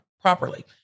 properly